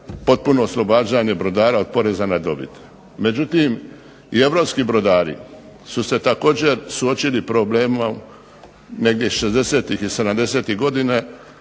potpuno oslobađanje brodara od poreza na dobit. Međutim, i Europski brodari su se također suočili s problemom negdje 60-te i 70-tih godina